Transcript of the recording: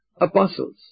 apostles